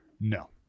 No